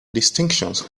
distinctions